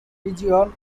region